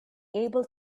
able